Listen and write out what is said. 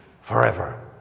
forever